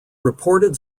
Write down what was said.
reported